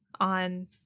on